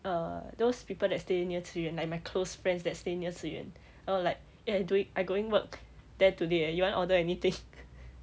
err those people that stay near ci yuan like my close friends that stay near ci yuan orh like I doing I going work there today eh you want order anything